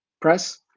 Press